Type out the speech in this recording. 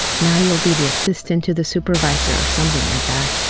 now you'll be the assistant to the supervisor or something like that.